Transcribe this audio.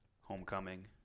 Homecoming